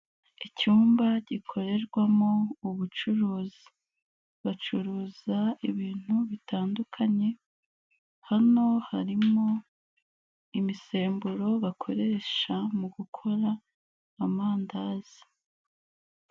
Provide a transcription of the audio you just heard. Icyumba gikorerwamo ubucuruzi. Bacuruza ibintu bitandukanye, hano harimo imisemburo bakoresha mu gukora amandazi.